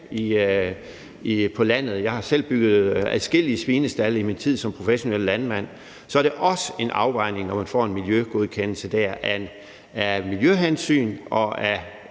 på landet – jeg har selv bygget adskillige svinestalde i min tid som professionel landmand – så kræver det også en afvejning af miljøhensyn og af